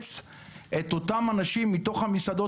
בלחלץ את אותם אנשים מתוך המסעדות.